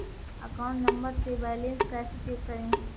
Account number से balance कैसे check करें?